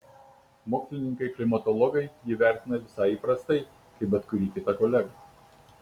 mokslininkai klimatologai jį vertina visai įprastai kaip bet kurį kitą kolegą